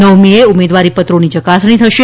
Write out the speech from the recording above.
નવમી એ ઉમેદવારીપત્રોની ચકાસણી થશે